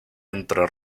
entre